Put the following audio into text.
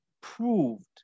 proved